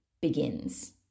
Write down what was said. begins